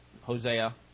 Hosea